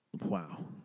Wow